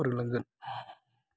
फोरोंलांगोन